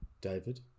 David